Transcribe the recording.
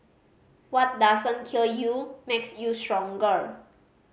what doesn't kill you makes you stronger